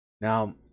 Now